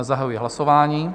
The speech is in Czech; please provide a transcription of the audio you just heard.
Zahajuji hlasování.